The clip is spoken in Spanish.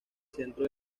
centro